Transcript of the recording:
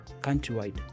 countrywide